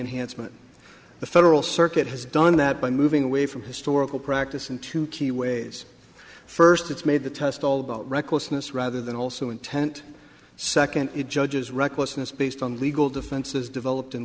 enhancement the federal circuit has done that by moving away from historical practice in two key ways first it's made the test all about recklessness rather than also intent second it judges recklessness based on legal defenses developed in